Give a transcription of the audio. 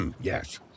Yes